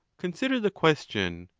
consider the question,